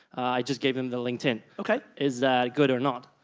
i just give them the linkedin. okay. is that good or not?